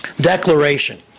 Declaration